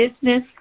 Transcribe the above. business